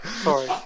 Sorry